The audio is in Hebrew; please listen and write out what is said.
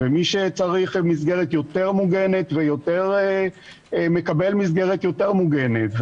ומי שצריך מסגרת יותר מוגנת מקבל מסגרת יותר מוגנת.